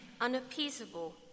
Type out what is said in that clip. unappeasable